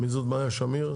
מי זאת מיה שמיר?